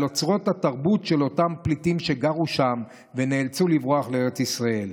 אוצרות התרבות של אותם פליטים שגרו שם ונאלצו לברוח לארץ ישראל.